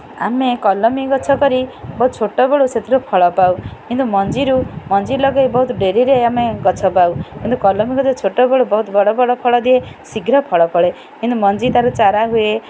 ଆମେ କଲମୀ ଗଛ କରି ବହୁତ ଛୋଟବେଳୁ ସେଥିରୁ ଫଳ ପାଉ କିନ୍ତୁ ମଞ୍ଜିରୁ ମଞ୍ଜି ଲଗାଇ ବହୁତ ଡେରିରେ ଆମେ ଗଛ ପାଉ କିନ୍ତୁ କଲମୀ ଗଛ ଛୋଟବେଳୁ ବହୁତ ବଡ଼ ବଡ଼ ଫଳ ଦିଏ ଶୀଘ୍ର ଫଳ ଫଳେ କିନ୍ତୁ ମଞ୍ଜି ତା'ର ଚାରା ହୁଏ